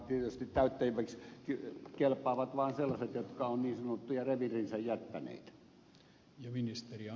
tietysti täytteeksi kelpaavat vain sellaiset jotka ovat niin sanottuja reviirinsä jättäneitä